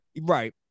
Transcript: right